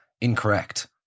Incorrect